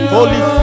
Holy